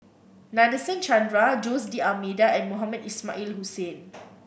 Nadasen Chandra Jose D'Almeida and Mohamed Ismail Hussain